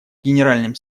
генеральным